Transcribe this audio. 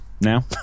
now